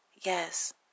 Yes